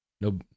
No